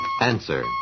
Answer